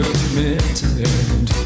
committed